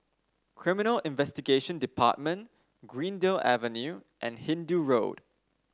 Criminal Investigation Department Greendale Avenue and Hindoo Road